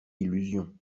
illusion